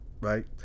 right